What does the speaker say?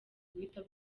guhita